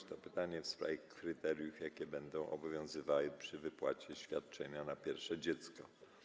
Jest to pytanie w sprawie kryteriów, jakie będą obowiązywały przy wypłacie świadczenia na pierwsze dziecko.